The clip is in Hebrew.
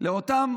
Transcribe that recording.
לאותם